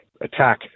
attack